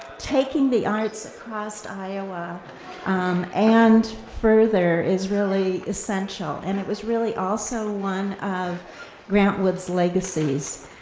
taking the arts across iowa and further is really essential, and it was really also one of grant wood's legacies.